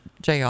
JR